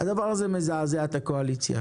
הדבר הזה מזעזע את הקואליציה,